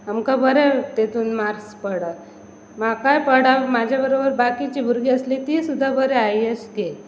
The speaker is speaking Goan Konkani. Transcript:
आमकां बरें तेतून मार्क्स पडप म्हाकाय पडा म्हाज्या बरोबर बाकीची भुरगीं आसली ती सुद्दा बरी हायेश्ट घे